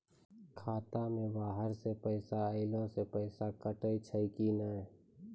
खाता मे बाहर से पैसा ऐलो से पैसा कटै छै कि नै?